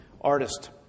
artist